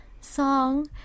song